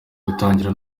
gutangira